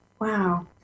Wow